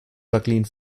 jacqueline